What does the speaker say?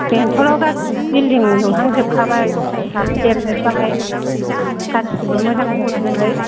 बेंटलाव गासैबो बिल्डिं लुहां जोबखाय दखानफ्राबो देरजोब्बाय गासैबो मोजां जाजोब्बाय